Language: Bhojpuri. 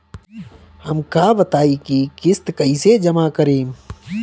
हम का बताई की किस्त कईसे जमा करेम?